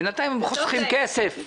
בינתיים הם חוסכים כסף.